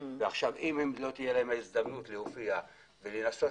אם לא תהיה להם ההזדמנות להופיע ולנסות